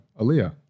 Aaliyah